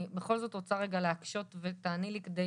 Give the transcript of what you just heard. אני בכל זאת רוצה רגע להקשות ותעני לי כדי,